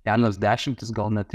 kelios dešimtys gal net